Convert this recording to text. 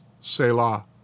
Selah